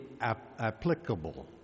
applicable